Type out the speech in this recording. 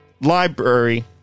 library